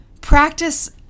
Practice